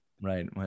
Right